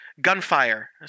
gunfire